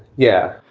yeah.